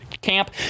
camp